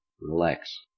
Relax